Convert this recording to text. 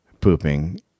pooping